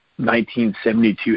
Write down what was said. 1972